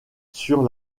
sur